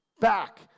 back